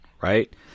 right